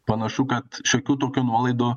panašu kad šiokių tokių nuolaidų